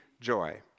joy